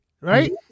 right